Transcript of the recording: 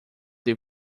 the